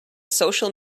social